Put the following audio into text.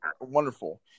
wonderful